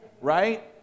right